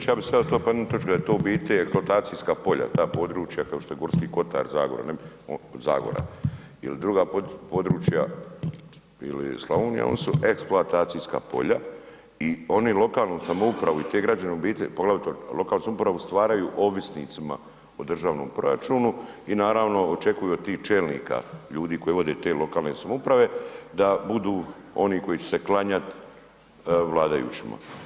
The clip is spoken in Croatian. Kolega Đujić, ja bi to stavio pod jednu točku da je to u biti eksploatacijska polja, ta područja kao što je Gorski kotar, Zagora ili druga područja ili Slavonija oni su eksploatacijska polja i oni lokalnu samoupravu i te građane u biti, poglavito lokalnu samoupravu stvaraju ovisnicima o državnom proračunu i naravno očekuju od tih čelnika, ljudi koji vode te lokalne samouprave da budu oni koji će se klanjati vladajućima.